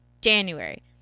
January